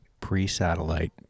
Pre-satellite